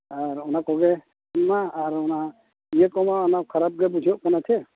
ᱟᱨ ᱚᱱᱟ ᱠᱚᱜᱮ ᱚᱱᱟ ᱟᱨ ᱚᱱᱟ ᱤᱭᱟᱹ ᱠᱚᱢᱟ ᱠᱷᱟᱨᱟᱯ ᱜᱮ ᱵᱩᱡᱷᱟᱹᱣ ᱠᱟᱱᱟ ᱪᱮ